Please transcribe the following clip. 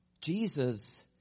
Jesus